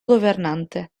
governante